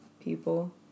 people